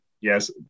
yes